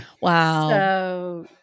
Wow